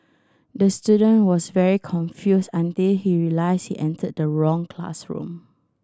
the student was very confused until he realised he entered the wrong classroom